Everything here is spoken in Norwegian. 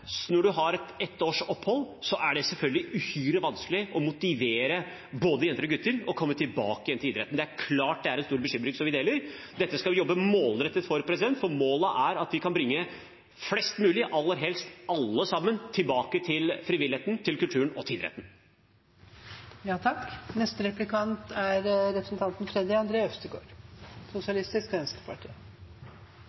har et års opphold, er det selvfølgelig uhyre vanskelig å motivere både jenter og gutter til å komme tilbake til idretten. Det er klart det er en stor bekymring vi deler. Dette skal vi jobbe målrettet for, for målet er at vi skal kunne bringe flest mulig – aller helst alle sammen – tilbake til frivilligheten, kulturen og